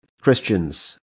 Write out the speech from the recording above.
Christians